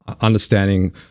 understanding